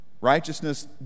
Righteousness